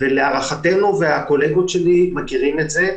וכעת אנחנו הולכים לסבב שלישי.